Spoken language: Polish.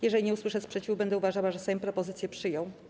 Jeżeli nie usłyszę sprzeciwu, będę uważała, że Sejm propozycję przyjął.